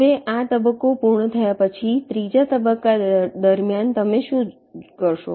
હવે આ તબક્કો પૂર્ણ થયા પછી ત્રીજા તબક્કા દરમિયાન તમે શું કરશો